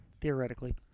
Theoretically